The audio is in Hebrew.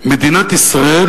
מדינת ישראל